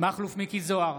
מכלוף מיקי זוהר,